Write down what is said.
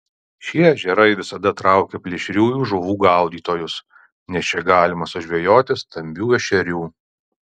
šie ežerai visada traukia plėšriųjų žuvų gaudytojus nes čia galima sužvejoti stambių ešerių